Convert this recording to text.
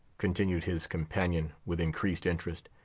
continued his companion with increased interest,